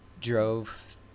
drove